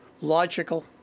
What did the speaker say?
logical